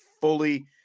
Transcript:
fully